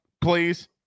please